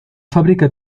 fábrica